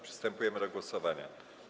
Przystępujemy do głosowania.